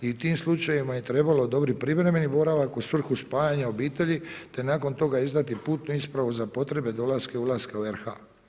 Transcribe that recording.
I u tim slučajevima je trebalo odobriti privremeni boravak u svrhu spajanja obitelji te nakon toga izdati putnu ispravu za potrebe dolaska i ulaska u RH.